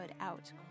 out